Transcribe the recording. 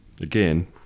again